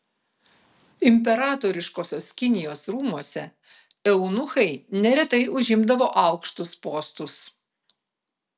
imperatoriškosios kinijos rūmuose eunuchai neretai užimdavo aukštus postus